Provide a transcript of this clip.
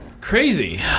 Crazy